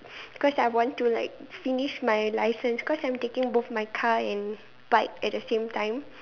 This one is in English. because I want to like finish my licence cause I'm taking both my car and bike at the same time